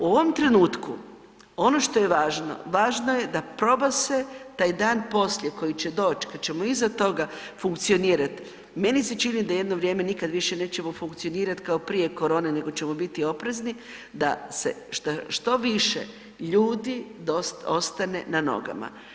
U ovom trenutku ono što je važno, važno je da proba se taj dan poslije koji će doć kada ćemo iza toga funkcionirati, meni se čini da jedno vrijeme nikada više nećemo funkcionirati kao prije korone nego ćemo biti oprezni da se što više ljudi ostane na nogama.